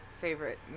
favorite